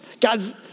God's